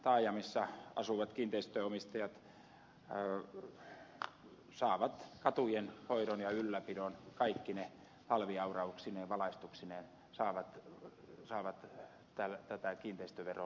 taajamissa asuvat kiinteistönomistajat saavat esimerkiksi katujen hoidon ja ylläpidon kaikkine talviaurauksineen valaistuksineen tätä kiinteistöveron maksua vastaan